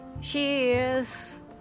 Cheers